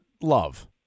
love